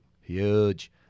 Huge